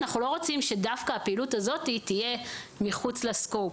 אנחנו לא רוצים שדווקא הפעילות הזאת תהיה מחוץ לסקופ.